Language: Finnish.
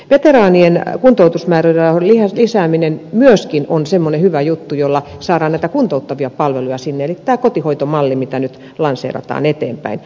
veteraanien kuntoutusmäärärahojen lisääminen myöskin on semmoinen hyvä juttu jolla saadaan näitä kuntouttavia palveluja eli tämä kotihoitomalli mitä nyt lanseerataan eteenpäin